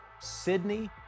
Sydney